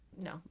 no